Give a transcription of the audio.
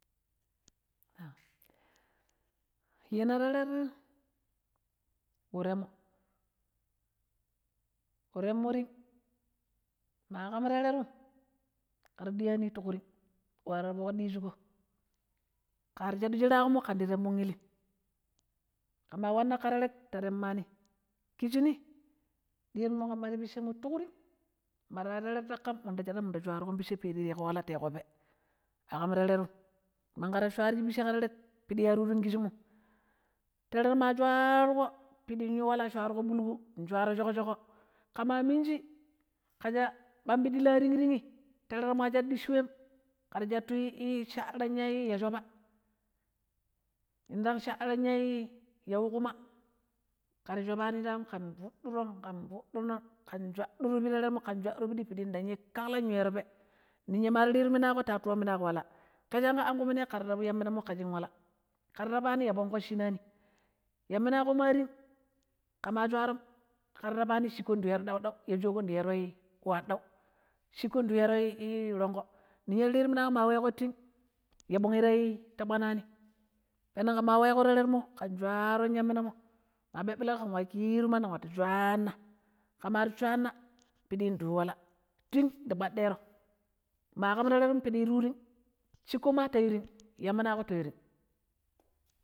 Yina teret we temmo, we temmoreu ma ƙam teretm mara ɗiya ni ti ƙu thing ƙari nwan ɗishiƙom ƙarishadu shiraƙommom ƙendi temmon illim, ƙema wanna ƙa teret ta temmani, ƙishi ni ɗiyanmu ƙamma ti picche tiƙu thing, mora teret ta ƙam minda shaɗko mida tinƙiƙon picche ta yiƙo pee, a ƙam teretm niyya ta shwari piche ƙa teret ar yu thing kisshimom, teret ma shwaruƙo njwaro ɓulƙu, njwaroo shoƙ-shoƙƙo teret ma shwaruƙo pidɗi yiƙo wala ƙe ma minjii fuɗi mu yu wala, ƙe ma minji ƙe sha ɓambiɗi la thing-thingni, teretma ƙero dicchi wem ƙera shattuui ii shaɗɗira ya ii ya shopa yindang shaɗɗiran ya wu ƙumaa, ƙen chadu ar shoiƙin fuduro ƙen fuduron ƙen scwaɗɗuron pirammo, ƙen scwaɗɗuropiɗi piɗi i nyi ƙaƙar weroi pee. ninya ma ri riru yanminna ƙo ta ti wa yamminaƙo wala. ƙe shanƙa an ƙuyamminammo ƙe ra tabu yamminammo wala, ƙera tapaa ni yaɓonƙo shinani.yamminaƙo ma thing ƙema scwarom, ƙera tapani shiƙƙo ndi yuweroi ɗou-ɗou ya shoƙho ndii yuweroi ƙuaɗɗau shiƙƙo ndii yuweroi ii ranƙha, naƙo ma weƙo thing ninya ma wanna mi ya ɓongii ta kpanani, peneg ƙema weƙo teretmmo ƙen scwanna, ƙen scwaron yamminammo ma ɓeɓɓilƙero ƙenwa ƙitu mandi ƙen wattu scwaana, ƙema ri scwaanapiɗi ndi wala thing ndi kpaɗɗero, ma ƙengon ilii ta diya tai yu thing shiƙƙo ma ta yu thing, yamminaƙo ta yu thing.